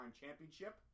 championship